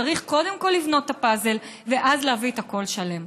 צריך קודם כול לבנות את הפאזל ואז להביא את הכול שלם.